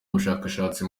bushakashatsi